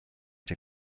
der